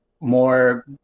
more